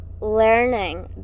learning